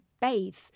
bathe